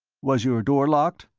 was your door locked?